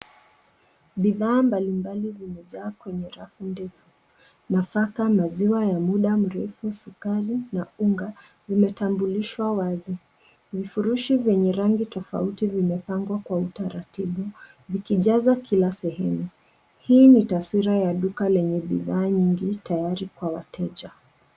Bidhaa mbali mabli zimejaa kwenye rafu ndefu nafaka, maziwa ya muda murefu, sukari na unga zimetambulishwa wazi. Vifurushi vyenye rangi tofauti vimepangwa kwa utaratibu vikijaza kila sehemu. Hii ni taswira ya duka lenye bidhaa nyingi tayari kwa wateja.